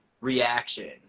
reaction